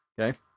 Okay